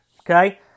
okay